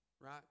right